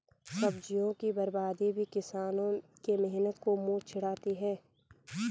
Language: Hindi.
सब्जियों की बर्बादी भी किसानों के मेहनत को मुँह चिढ़ाती है